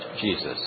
Jesus